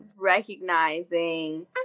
recognizing